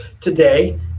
today